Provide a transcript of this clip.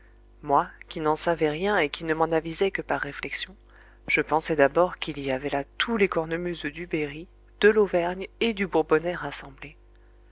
moi qui n'en savais rien et qui ne m'en avisai que par réflexion je pensai d'abord qu'il y avait là tous les cornemuseux du berry de l'auvergne et du bourbonnais rassemblés